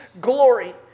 glory